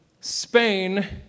Spain